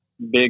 big